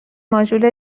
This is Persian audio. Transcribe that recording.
ماژول